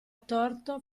torto